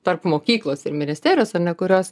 tarp mokyklos ir ministerijos ar ne kurios